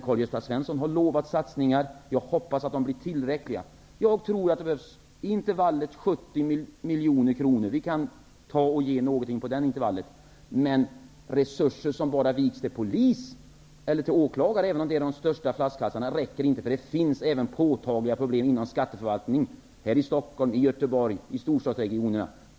Karl-Gösta Svenson har lovat satsningar, och jag hoppas att de blir tillräckliga i intervallet upp till 70 miljoner kronor -- vi kan ta och ge något på det intervallet. Men ökade resurser bara till polis och åklagare räcker inte, även om de utgör de största flaskhalsarna. Det finns påtagliga problem även inom skatteförvaltningen här i Stockholm, i Göteborg och i storstadsregionerna.